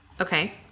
Okay